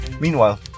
Meanwhile